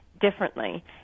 differently